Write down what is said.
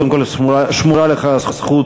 קודם כול שמורה לך הזכות